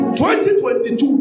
2022